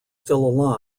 still